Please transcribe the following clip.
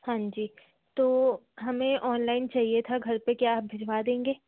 हाँ जी तो हमें ऑनलाइन चाहिए था घर पर क्या आप भिजवा देंगे